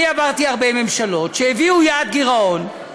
אני עברתי הרבה ממשלות שהביאו יעד גירעון.